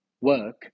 work